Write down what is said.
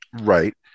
Right